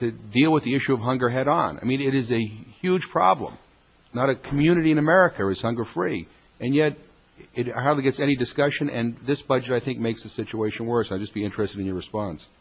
deal with the issue of hunger head on i mean it is a huge problem not a community in america or is hunger free and yet it how to get any discussion and this budget i think makes the situation worse i just be interested in your response